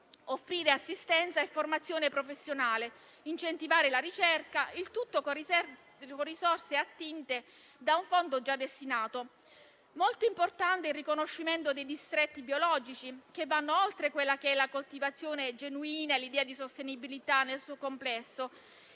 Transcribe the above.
offrire assistenza e formazione professionale, incentivare la ricerca. Il tutto con risorse attinte da un fondo già destinato. Molto importante è il riconoscimento dei distretti biologici, che vanno oltre la coltivazione genuina e l'idea di sostenibilità nel suo complesso